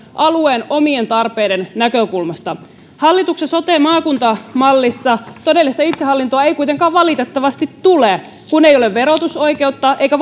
alueen omien tarpeiden näkökulmasta hallituksen sote maakuntamallissa todellista itsehallintoa ei kuitenkaan valitettavasti tule kun ei ole verotusoikeutta eikä